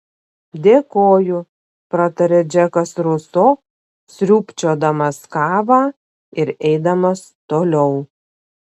dėkoju pratarė džekas ruso sriūbčiodamas kavą ir eidamas toliau